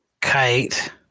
kite